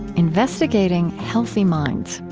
investigating healthy minds.